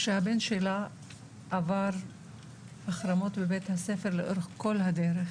שהבן שלה עבר החרמות בבית הספר לאורך כל הדרך.